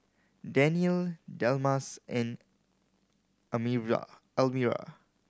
Daniele Delmas and Elmyra